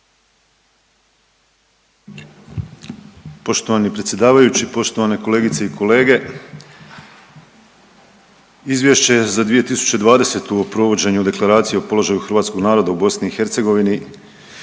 Poštovani predsjedavajući, poštovane kolegice i kolege. Izvješće za 2020. o provođenju Deklaracije o položaju hrvatskog naroda u BiH